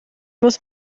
muss